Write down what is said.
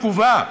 רקובה.